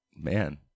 Man